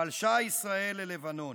פלשה ישראל ללבנון.